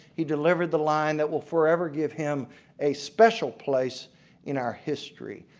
he delivered the line that will forever give him a special place in our history,